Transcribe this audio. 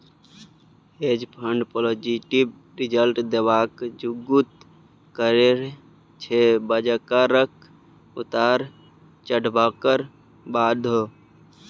हेंज fund positive result देबाक जुगुत करय छै बजारक उतार चढ़ाबक बादो